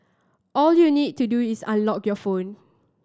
all you need to do is unlock your phone